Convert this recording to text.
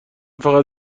فقط